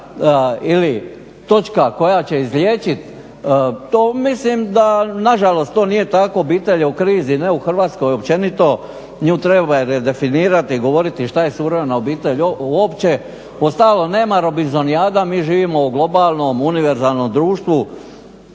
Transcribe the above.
ili točka koja će izliječit to, mislim da nažalost to nije tako, obitelj je u krizi, ne u Hrvatskoj, općenito, nju treba redefinirati i govoriti šta je suvremena obitelj uopće. Uostalom nema robinzonijada, mi živimo u globalnom univerzalnom društvu,